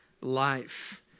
life